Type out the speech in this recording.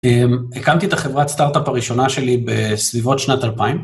הקמתי את החברת סטארט-אפ הראשונה שלי בסביבות שנת 2000.